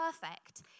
perfect